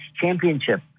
championship